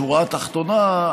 בשורה התחתונה,